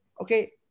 Okay